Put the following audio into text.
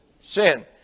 sin